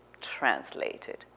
translated